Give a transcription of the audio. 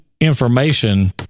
information